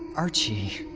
archie.